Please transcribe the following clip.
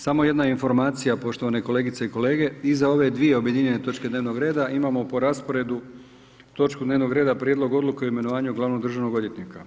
Samo jedna informacija, poštovane kolegice i kolege, iza ove dvije objedinjene točke dnevnog reda, imamo po rasporedu točku dnevnog reda Prijedlog odluke o imenovanju glavnog državnog odvjetnika.